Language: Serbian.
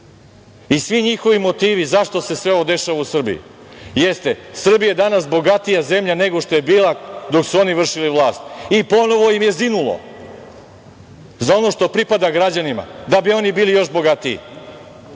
Svi njihovi motivi zašto se sve ovo dešava u Srbiji jeste, Srbija je danas bogatija zemlja nego što je bila dok su oni vršili vlast i ponovo im je zinulo za ono što pripada građanima da bi oni bili još bogatiji. Branićemo